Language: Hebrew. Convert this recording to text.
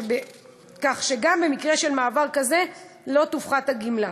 כך שגם במקרה של מעבר כזה לא תופחת הגמלה.